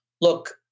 look